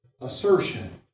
assertion